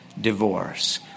Divorce